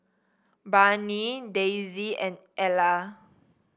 Barnie Dayse and Ela